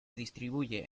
distribuye